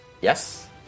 Yes